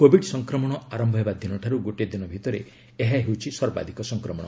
Covid ସଂକ୍ରମଣ ଆରମ୍ଭ ହେବା ଦିନଠାରୁ ଗୋଟିଏ ଦିନ ଭିତରେ ଏହା ହେଉଛି ସର୍ବାଧକ ସଂକ୍ରମଣ